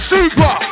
Super